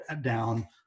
down